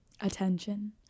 Attention